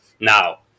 now